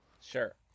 Sure